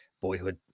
boyhood